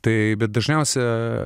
taip bet dažniausia